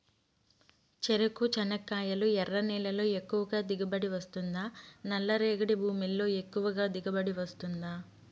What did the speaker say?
చెరకు, చెనక్కాయలు ఎర్ర నేలల్లో ఎక్కువగా దిగుబడి వస్తుందా నల్ల రేగడి భూముల్లో ఎక్కువగా దిగుబడి వస్తుందా